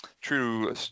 true